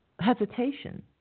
hesitation